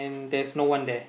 there's no one there